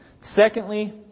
Secondly